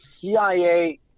CIA